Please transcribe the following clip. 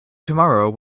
tomorrow